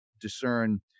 discern